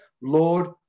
Lord